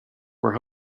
were